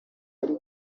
yari